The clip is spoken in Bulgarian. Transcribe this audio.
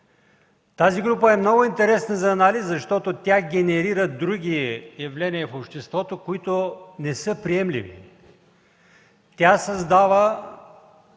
Тази група е много интересна за анализ, защото тя генерира други явления в обществото, които не са приемливи. Тя създава